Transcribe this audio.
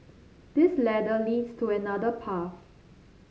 this ladder leads to another path